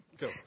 Go